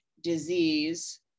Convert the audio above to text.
disease